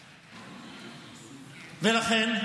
לכן,